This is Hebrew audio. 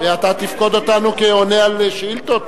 אתה תפקוד אותנו כעונה על שאילתות,